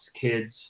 kids